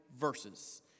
verses